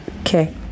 Okay